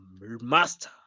master